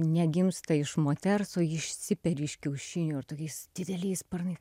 negimsta iš moters o išsiperi iš kiaušinio ir tokiais dideliais sparnais